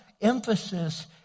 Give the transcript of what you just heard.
emphasis